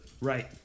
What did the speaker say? right